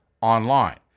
online